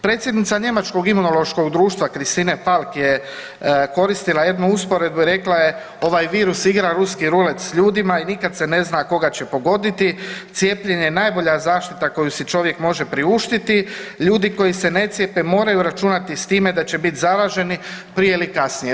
Predsjednica njemačkog Imunološkog društva Christine Falk je koristila jednu usporedbu i rekla je ovaj virus igra ruski rulet s ljudima i nikad se ne zna koga će pogoditi, cijepljenje je najbolja zaštita koju si čovjek može priuštiti, ljudi koji se ne cijepe moraju računati s time da će biti zaraženi prije ili kasnije.